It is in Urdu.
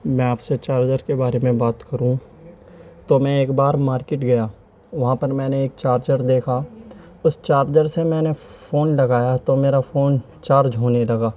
میں آپ سے چارجر کے بارے میں بات کروں تو میں ایک بار مارکیٹ گیا وہاں پر میں نے ایک چارچر دیکھا اس چارجر سے میں نے فون لگایا تو میرا فون چارج ہونے لگا